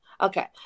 okay